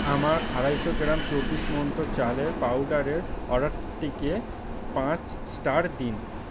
আমার আড়াইশো গ্রাম চব্বিশ মন্ত্র চালের পাউডারের অর্ডারটিকে পাঁচ স্টার দিন